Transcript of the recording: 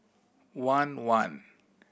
one one